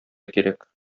кирәк